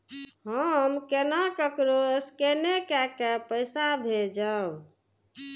हम केना ककरो स्केने कैके पैसा भेजब?